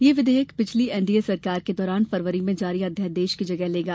यह विधेयक पिछली एनडीए सरकार के दौरान फरवरी में जारी अध्यादेश की जगह लेगा